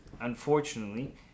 unfortunately